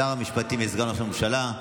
שר המשפטים וסגן ראש הממשלה.